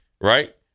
right